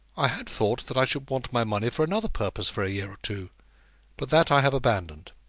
i had thought that i should want my money for another purpose for a year or two but that i have abandoned.